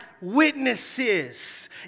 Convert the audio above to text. witnesses